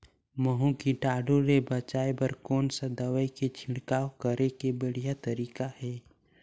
महू कीटाणु ले बचाय बर कोन सा दवाई के छिड़काव करे के बढ़िया तरीका हे?